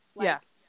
yes